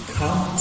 come